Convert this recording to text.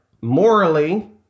morally